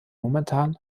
momentan